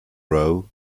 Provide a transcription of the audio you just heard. row